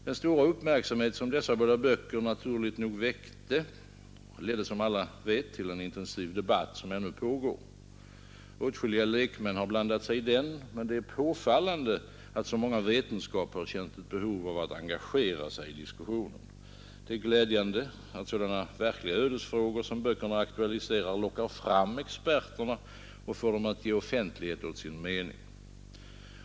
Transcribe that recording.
Den stora uppmärksamhet som dessa båda böcker naturligt nog väckte ledde som alla vet till en intensiv debatt, som ännu fortgår. Åtskilliga lekmän har blandat sig i den, men det är påfallande att så många vetenskapsmän känt ett behov av att engagera sig i diskussionen. Det är glädjande att sådana verkliga ödesfrågor som böckerna aktualiserar lockar fram experterna och får dem att ge offentlighet åt sin mening.